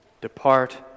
depart